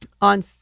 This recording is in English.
on